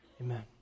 Amen